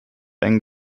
eng